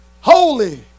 holy